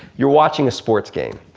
you're watching a sports game.